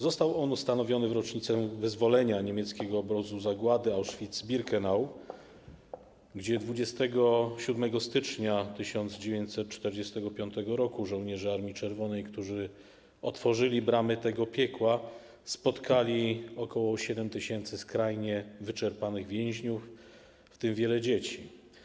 Został on ustanowiony w rocznicę wyzwolenia niemieckiego obozu zagłady Auschwitz-Birkenau, gdzie 27 stycznia 1945 r. żołnierze Armii Czerwonej, którzy otworzyli bramy tego piekła, spotkali ok. 7 tys. skrajnie wyczerpanych więźniów, w tym wiele dzieci.